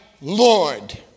Lord